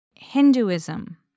Hinduism